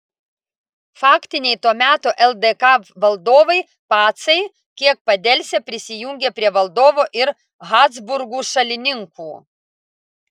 faktiniai to meto ldk valdovai pacai kiek padelsę prisijungė prie valdovo ir habsburgų šalininkų